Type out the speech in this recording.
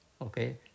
Okay